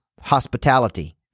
Hospitality